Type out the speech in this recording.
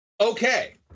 Okay